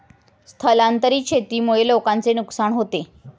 स्थलांतरित शेतीमुळे लोकांचे नुकसान होते